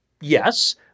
Yes